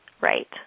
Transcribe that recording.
Right